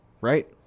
Right